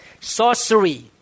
Sorcery